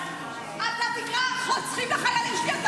להרוג מחבלים.